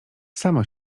samo